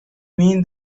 mean